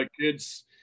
kids